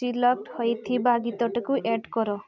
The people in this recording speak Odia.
ସିଲେକ୍ଟ୍ ହେଇଥିବା ଗୀତଟିକୁ ଆଡ଼୍ କର